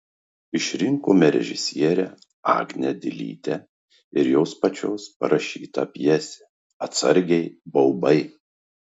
išrinkome režisierę agnę dilytę ir jos pačios parašytą pjesę atsargiai baubai